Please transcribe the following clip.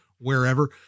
wherever